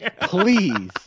please